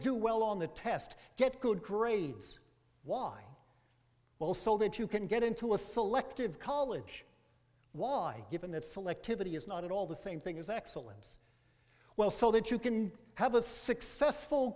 do well on the test get good grades why well so that you can get into a selective college why given that selectivity is not at all the same thing is excellent as well so that you can have a successful